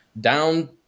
down